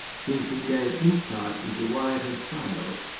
since it gave insight into why it had failed.